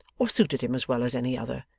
or suited him as well as any other,